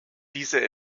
diese